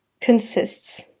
consists